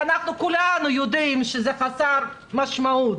כשכולנו יודעים שזה חסר משמעות,